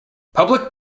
public